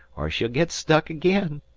er she'll git stuck again.